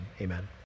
Amen